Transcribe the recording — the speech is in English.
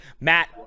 Matt